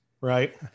right